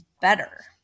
better